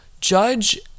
judge